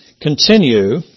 continue